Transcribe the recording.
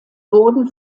wurden